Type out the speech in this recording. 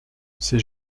c’est